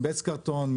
מ'בסט קרטון',